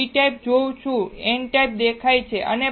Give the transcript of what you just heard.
હું p type જોઉં છું મને n ટાઇપ દેખાય છે